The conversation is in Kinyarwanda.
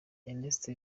ernesto